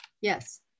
Yes